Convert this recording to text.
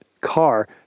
car